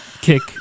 Kick